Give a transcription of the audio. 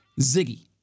Ziggy